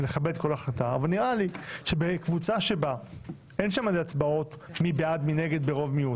אבל נראה לי שבקבוצה שבה אין שם הצבעות מי בעד-מי נגד ברוב ומיעוט,